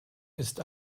ist